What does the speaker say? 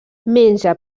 menja